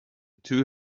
two